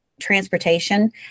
transportation